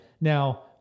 Now